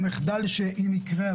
ושנטפל בכל מחדל שיקרה,